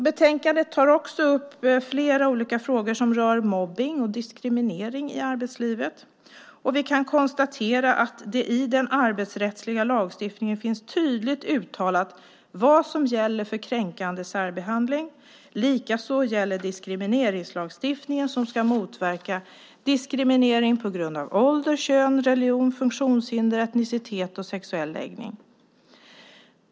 Betänkandet tar också upp flera olika frågor som rör mobbning och diskriminering i arbetslivet. Vi kan konstatera att i den arbetsrättsliga lagstiftningen finns tydligt uttalat vad som gäller för kränkande särbehandling; likaså gäller diskrimineringslagstiftningen som ska motverka diskriminering på grund av ålder, kön, religion, funktionshinder, etnicitet och sexuell läggning.